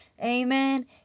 Amen